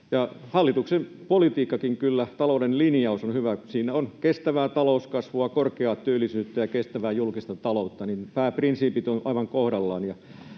hallituksen politiikkakin kyllä, talouden linjaus on hyvä. Siinä on kestävää talouskasvua, korkeaa työllisyyttä ja kestävää julkista taloutta, niin että pääprinsiipit ovat aivan kohdallaan.